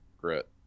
grit